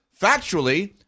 Factually